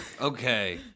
okay